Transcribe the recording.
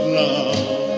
love